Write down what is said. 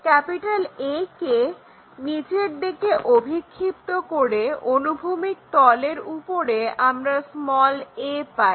A কে নিচের দিকে অভিক্ষিপ্ত করে অনুভূমিক তলের উপরে আমরা a পাই